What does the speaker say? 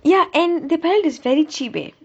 ya and the palette is very cheap